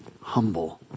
humble